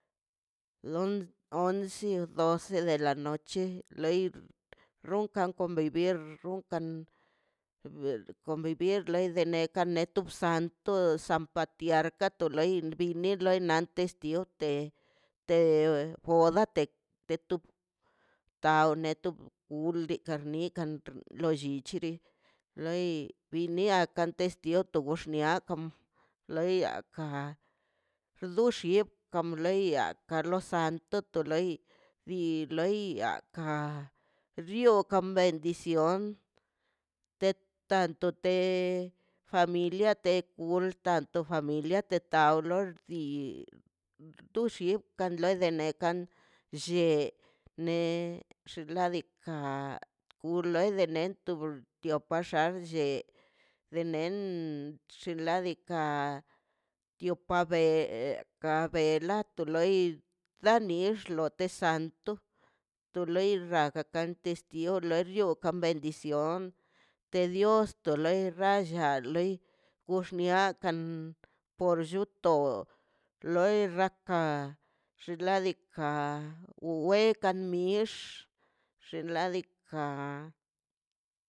Lun once doce de la noche lei rrunkan convivir rrunkan convivir leiga leiga le tu bzan todos sampatiar katꞌ li loi bini ant estiote te kodate de tub ta netub ikar nikan lo llichiri loi biniaka owixnia ka kom loya kan dox ika ka lo santo to loi ler loi ka xlli ka kambal dicion te tanto te familia te kulta te familia te taw lor i tulli kaw lede nekan llene xinladika kuloi de nento dio pashax ne renel tch xinladika tio pabe e kabe lato loi damiox te tios to santo to loi ragakante vestido lor yoo kan bendición te dios te lo rai lla lei goxnia kan por lluto loi rraka xinladika wwekan mix xinladika.